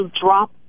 drop